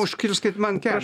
užkirskit man kelią